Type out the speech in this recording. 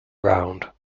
round